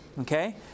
Okay